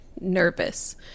Nervous